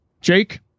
Jake